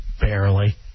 Barely